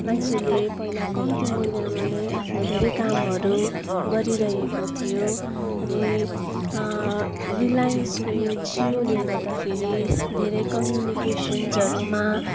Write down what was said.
मान्छेले पहिला कम्ती मूल्यमा नै आफ्नो धेरै कामहरू गरिरहेको थियो अनि रिलाइन्सको यो जियोले गर्दा फेरि धेरै कम्युनिकेन्सहरूमा